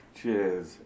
Cheers